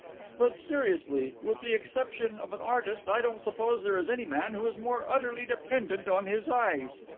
but, seriously, with the exception of an artist, i don't suppose there is any man who is more utterly dependent on his eyes.